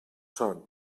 son